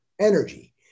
energy